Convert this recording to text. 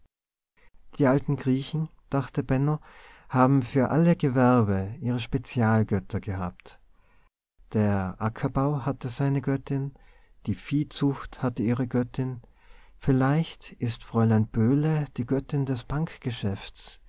die alten griechen dachte benno haben für alle gewerbe ihre spezialgötter gehabt der ackerbau hatte seine göttin die viehzucht hatte ihre göttin vielleicht ist fräulein böhle die göttin des